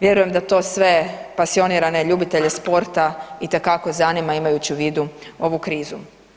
Vjerujem da to se pasionirane ljubitelje sporta itekako zanima imajući u vidu ovu krizu.